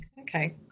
Okay